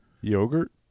yogurt